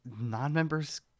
non-members